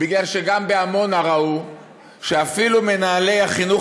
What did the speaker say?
מפני שגם בעמונה ראו שאפילו מנהלי החינוך